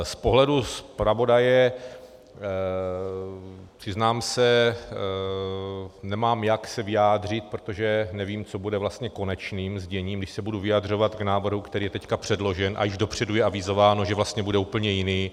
Z pohledu zpravodaje, přiznám se, nemám jak se vyjádřit, protože nevím, co bude konečným zněním, když se budu vyjadřovat k návrhu, který je teď předložen, a již dopředu je avizováno, že vlastně bude úplně jiný.